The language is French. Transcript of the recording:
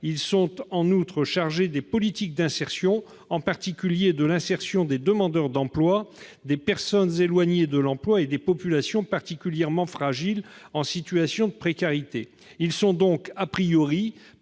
Il est chargé des politiques d'insertion, en particulier pour les demandeurs d'emploi, les personnes éloignées de l'emploi et les populations particulièrement fragiles en situation de précarité. Les départements sont